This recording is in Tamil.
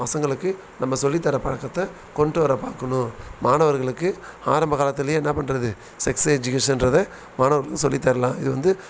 பசங்களுக்கு நம்ம சொல்லித்தர பழக்கத்தை கொண்டு வர பார்க்கணும் மாணவர்களுக்கு ஆரம்ப காலத்திலயே என்ன பண்ணுறது செக்ஸ் எஜிகேஷன்றதை மாணவர்களுக்கு சொல்லித்தரலாம் இது வந்து